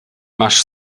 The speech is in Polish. masz